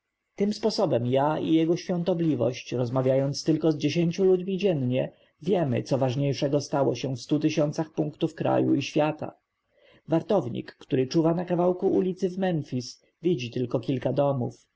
tym sposobem ja i jego świątobliwość rozmawiając tylko z dziesięciu ludźmi dziennie wiemy co ważniejszego stało się w stu tysiącach punktów kraju i świata wartownik który czuwa na kawałku ulicy w memfis widzi tylko kilka domów